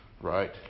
right